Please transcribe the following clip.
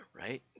right